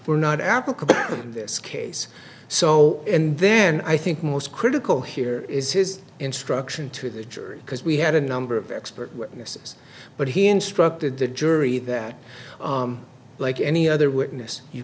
were not applicable in this case so and then i think most critical here is his instruction to the jury because we had a number of expert witnesses but he instructed the jury that like any other witness you